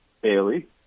Bailey